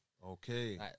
Okay